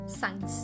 science